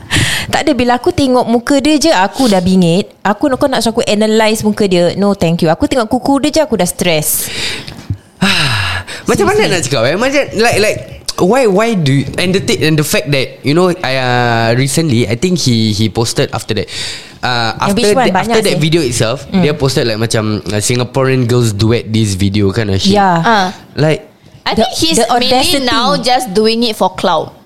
Tak ada, bila aku tengok muka dia je, aku dah bingit. Aku- kau nak suruh aku analyse muka dia, no thank you. Aku tengok kuku dia je, aku dah stress. Macam mana Seriously. nak cakap, eh? Macam, like- like, why- why do you- and the thi- and the fact that, you know, I, uh, recently, I think he- he posted after that. Uh, Yang after which one? the- after Banyak that sih. video itself, Mm. they posted, like, macam, uh, Singaporean girls duet this video kind of shit. Yeah. Ah. Like- I The- think he's the mainly audacity. now just doing it for clout.